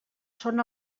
són